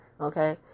okay